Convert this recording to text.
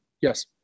yes